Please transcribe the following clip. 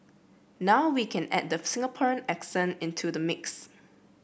now we can add the Singaporean accent into the mix